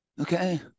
Okay